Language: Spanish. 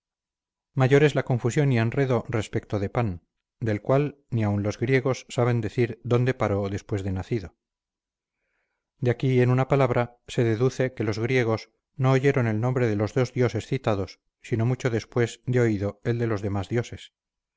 es la confusión y enredo respecto de pan del cual ni aun los griegos saben decir dónde paró después de nacido de aquí en una palabra se deduce que los griegos no oyeron el nombre de los dos dioses citados sino mucho después de oído el de los demás dioses